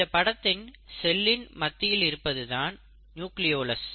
இந்த படத்தில் செல்லின் மத்தியில் இருப்பதுதான் நியூக்ளியோலஸ்